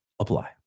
apply